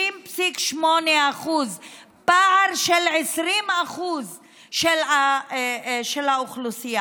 60.8%. זה פער של 20% של האוכלוסייה.